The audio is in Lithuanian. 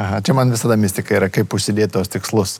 aha čia man visada mistika yra kaip užsidėt tuos tikslus